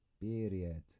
period